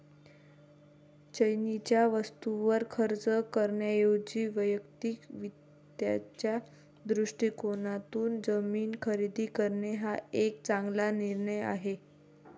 चैनीच्या वस्तूंवर खर्च करण्याऐवजी वैयक्तिक वित्ताच्या दृष्टिकोनातून जमीन खरेदी करणे हा एक चांगला निर्णय आहे